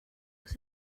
was